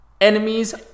enemies